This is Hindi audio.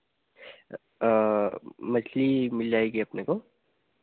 मछली मिल जाएगी अपने को